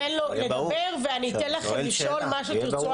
תן לו לדבר ואני אתן לכם לשאול מה שתירצו,